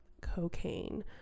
cocaine